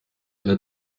alle